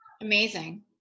Amazing